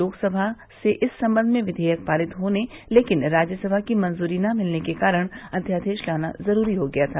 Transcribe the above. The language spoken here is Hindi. लोकसभा से इस सम्बन्ध में विधेयक पारित होने लेकिन राज्यसभा की मंजूरी न मिलने के कारण अध्यादेश लाना ज़रूरी हो गया था